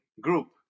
group